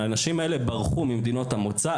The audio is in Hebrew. האנשים האלה ברחו ממדינות המוצא,